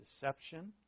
deception